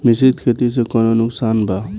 मिश्रित खेती से कौनो नुकसान बा?